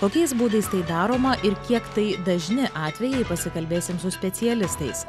kokiais būdais tai daroma ir kiek tai dažni atvejai pasikalbėsim su specialistais